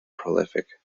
prolific